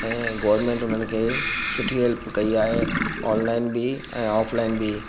ऐं गोरमेंट उन्हनि खे सुठी हेल्प कई आहे ऑनलाइन बि ऐं ऑफ़लाइन बि